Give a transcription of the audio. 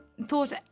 thought